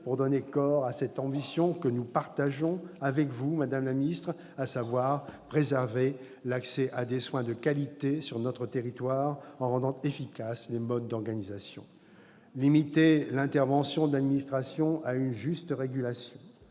pour donner corps à cette ambition que nous partageons avec vous, madame la ministre, à savoir préserver l'accès à des soins de qualité sur notre territoire en rendant efficaces les modes d'organisation. Limiter l'intervention de l'administration à une juste régulation,